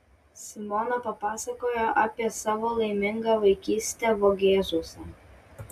simona papasakojo apie savo laimingą vaikystę vogėzuose